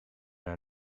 naar